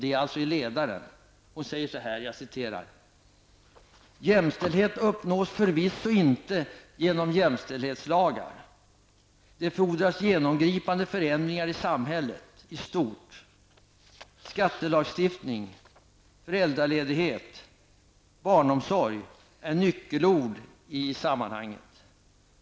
Där står bl.a. följande i ledaren: ''Jämställdhet uppnås förvisso inte genom jämställdhetslagar. Det fordras genomgripande förändringar i samhället i stort. Skattelagstiftning, föräldraledighet, barnomsorg är nyckelord i sammanhanget.''